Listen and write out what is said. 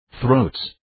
throats